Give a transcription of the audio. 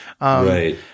right